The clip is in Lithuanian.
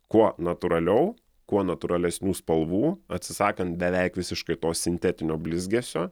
kuo natūraliau kuo natūralesnių spalvų atsisakant beveik visiškai to sintetinio blizgesio